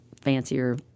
fancier